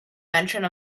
mention